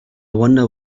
wonder